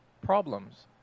problems